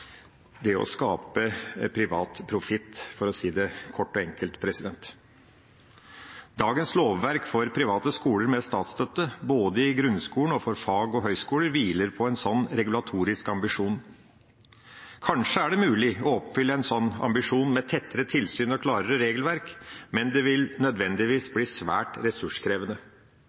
det å skape privat profitt – for å si det kort og enkelt. Dagens lovverk for private skoler med statsstøtte, både i grunnskolen og i fag- og høyskoler, hviler på en slik regulatorisk ambisjon. Kanskje er det mulig å oppfylle en slik ambisjon med tettere tilsyn og klarere regelverk, men det vil nødvendigvis bli svært ressurskrevende.